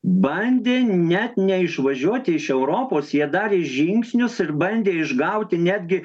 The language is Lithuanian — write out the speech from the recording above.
bandė net neišvažiuoti iš europos jie darė žingsnius ir bandė išgauti netgi